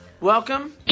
Welcome